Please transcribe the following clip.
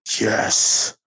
Yes